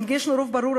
אם יש לנו רוב ברור,